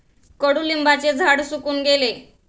कडुलिंबाचे झाड सुकून गेले